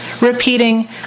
repeating